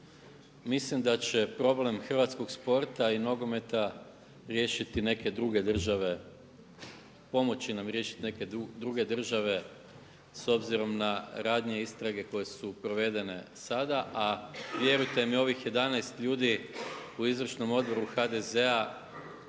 Mislim da će problem hrvatskog sporta i nogometa riješiti neke druge države, pomoći nam riješiti neke druge države s obzirom na ranije istrage koje su provedene sada. A vjerujete mi ovih 11 ljudi u izvršnom odboru HDZ-a,